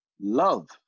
Love